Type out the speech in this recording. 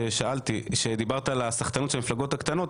ששאלתי שדיברת על הסחטנות של המפלגות הקטנות,